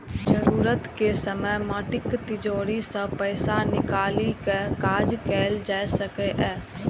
जरूरत के समय माटिक तिजौरी सं पैसा निकालि कें काज कैल जा सकैए